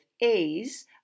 A's